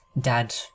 dad